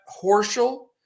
Horschel